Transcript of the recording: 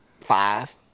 Five